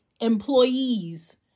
employees